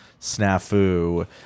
Snafu